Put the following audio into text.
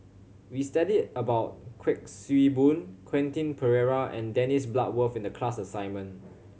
we studied about Kuik Swee Boon Quentin Pereira and Dennis Bloodworth in the class assignment